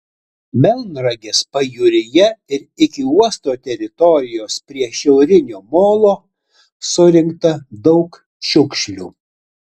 melnragės pajūryje ir iki uosto teritorijos prie šiaurinio molo surinkta daug šiukšlių